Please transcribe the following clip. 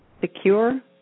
secure